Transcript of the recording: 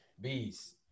bees